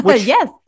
Yes